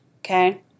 Okay